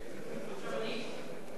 אחריו, אחריו.